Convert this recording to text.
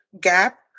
gap